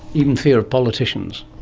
even fear of politicians?